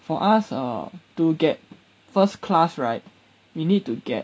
for us uh to get first class right we need to get